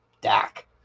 Dak